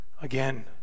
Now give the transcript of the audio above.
again